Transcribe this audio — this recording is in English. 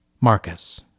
Marcus